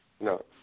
No